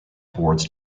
towards